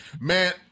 Man